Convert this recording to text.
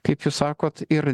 kaip jūs sakot ir